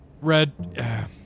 Red